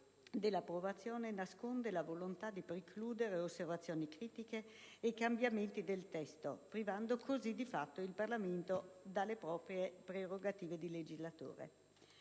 dell'approvazione, nasconde la volontà di precludere osservazioni critiche e cambiamenti del testo, privando così di fatto il Parlamento delle proprie prerogative di legislatore.